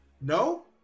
no